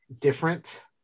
different